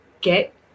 get